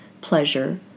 pleasure